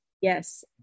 Yes